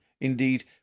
indeed